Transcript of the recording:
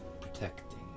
protecting